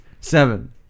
Seven